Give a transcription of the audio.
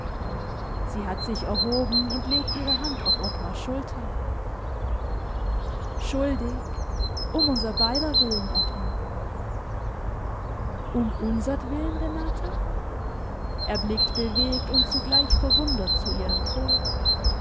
sie hat sich erhoben und legt ihre hand auf ottmars schulter schuldig um unser beider willen ottmar um unsertwillen renata er blickt bewegt und zugleich verwundert zu ihr empor